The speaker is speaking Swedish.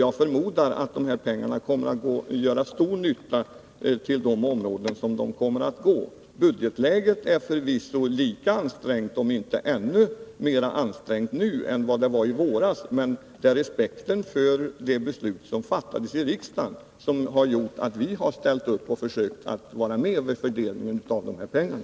Jag förmodar att pengarna kommer att göra stor nytta inom de områden som kommer i fråga. Budgetläget är förvisso lika ansträngt nu — om inte värre än det var i våras — men det är respekten för det beslut som fattades i riksdagen som har gjort att vi har ställt oss bakom detta och försökt påverka fördelningen av pengarna.